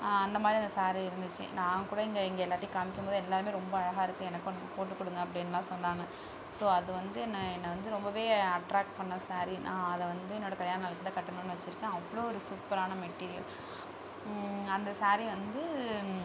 அந்த மாதிரி அந்த ஸாரி இருந்துச்சு நான் கூட இங்கே எங்கள் எல்லார்கிடயும் காமிக்கும் போது எல்லாரும் ரொம்ப அழகாக இருக்குது எனக்கு ஒன்று போட்டு கொடுங்க அப்படின்லாம் சொன்னாங்க ஸோ அது வந்து நான் என்னை வந்து ரொம்ப அட்ராக்ட் பண்ணிண ஸாரி நான் அதை வந்து என்னோடய கல்யாண நாளுக்கு தான் கட்டணும்னு வச்சுருக்கேன் அவ்வளோ ஒரு சூப்பரான மெட்டீரியல் அந்த ஸாரி வந்து